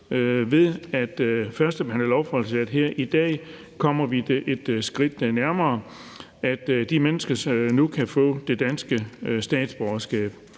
Ved at førstebehandle lovforslaget her i dag kommer vi det et skridt nærmere, at de mennesker nu kan få det danske statsborgerskab.